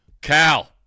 Cal